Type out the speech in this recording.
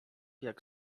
jak